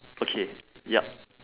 okay yup